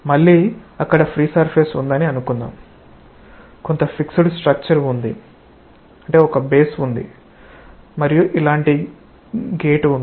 మళ్ళీ అక్కడ free surface ఉందని అనుకుందాం కొంత ఫిక్సెడ్ స్ట్రక్చర్ ఉంది ఒక బేస్ ఉంది మరియు ఇలాంటి గేట్ ఉంది